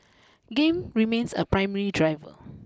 game remains a primary driver